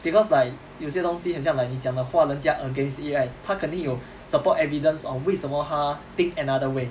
because like 有些东西很像 like 你讲的话人家 against it right 他肯定有 support evidence on 为什么他 think another way